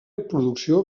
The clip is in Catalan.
producció